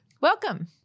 Welcome